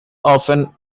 often